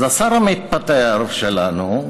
אז השר המתפטר שלנו,